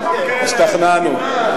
השתכנענו.